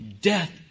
Death